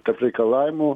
tarp reikalavimų